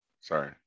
sorry